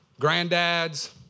Granddads